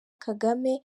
kagame